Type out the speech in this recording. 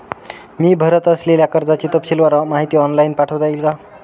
मी भरत असलेल्या कर्जाची तपशीलवार माहिती ऑनलाइन पाठवता येईल का?